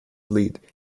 lead